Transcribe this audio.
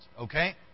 Okay